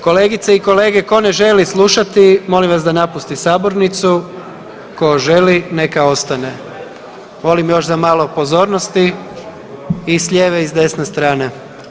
Kolegice i kolege, tko ne želi slušati molim vas da napusti sabornicu, tko želi neka ostane, molim još za malo pozornici i s lijeve i s desne strane.